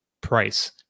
price